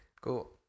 Cool